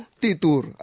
titur